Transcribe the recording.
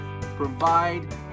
Provide